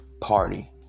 Party